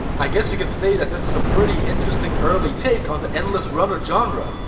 i guess you can say that this is a pretty interesting early take on the endless runner genre.